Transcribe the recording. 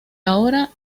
ahora